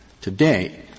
today —